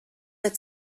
der